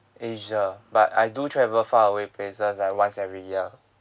asia but I do travel far away places like once every year